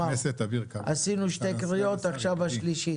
עשינו שתי קריאות, עכשיו השלישית.